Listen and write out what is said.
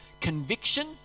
conviction